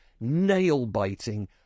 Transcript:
nail-biting